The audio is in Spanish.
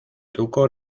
truco